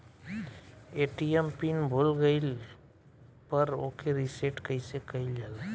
ATM pin भूल गईल पर ओके रीसेट कइसे कइल जाला?